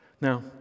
Now